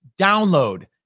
download